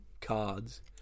cards